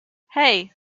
hey